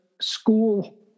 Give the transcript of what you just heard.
school